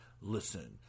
Listen